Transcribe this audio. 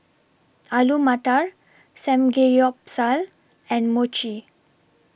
Alu Matar Samgeyopsal and Mochi